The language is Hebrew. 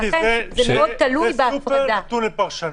גברתי, זה סופר-נתון לפרשנות.